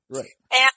Right